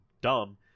dumb